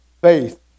faith